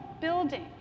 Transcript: building